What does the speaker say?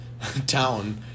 town